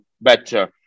better